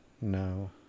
No